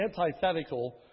antithetical